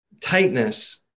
tightness